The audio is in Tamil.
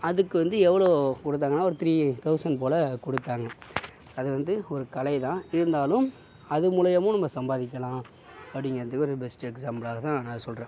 அதுக்கு வந்து எவ்வளோ கொடுத்தாங்கனா ஒரு த்ரீ தௌசண்ட் போல் கொடுத்தாங்க அது வந்து ஒரு கலை தான் இருந்தாலும் அது மூலயமும் நம்ம சம்பாதிக்கலாம் அப்படிங்கிறதுக்கு ஒரு பெஸ்ட்டு எக்ஸ்சாம்பிலாக அதை தான் நான் இதை சொல்கிறேன்